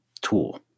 tool